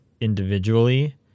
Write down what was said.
individually